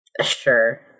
Sure